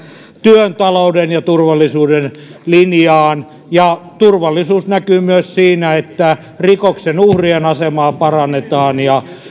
työn talouden ja turvallisuuden linjaan ja turvallisuus näkyy myös siinä että rikoksen uhrien asemaa parannetaan ja